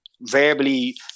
verbally